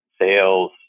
sales